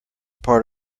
part